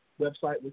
website